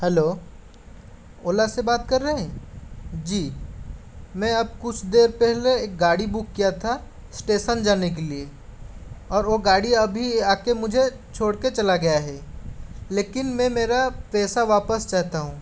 hello Ola से बात कर रहे है जी मैं अब कुछ देर पहले एक गाड़ी बुक किया था स्टेशन जाने के लिए और वह गाड़ी अभी आकर मुझे मुझे छोड़ कर चला गया है लेकिन मैं मेरा पैसा वापस चाहता हूँ